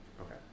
Okay